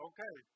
Okay